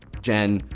jenn,